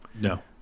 No